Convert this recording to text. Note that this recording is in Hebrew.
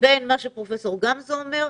בין מה שפרופסור גמזו אומר,